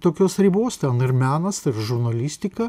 tokios ribos ten ir menas ir žurnalistika